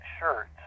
shirt